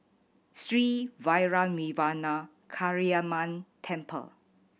Sri Vairavimada Kaliamman Temple